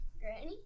Granny